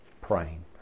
praying